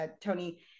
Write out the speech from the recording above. Tony